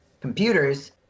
computers